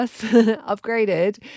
upgraded